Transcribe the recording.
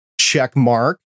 checkmark